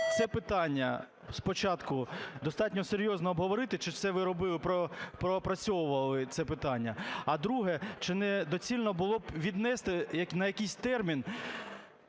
це питання спочатку достатньо серйозно обговорити, чи це ви робили, пропрацьовували це питання? А друге. Чи не доцільно було б віднести на якийсь термін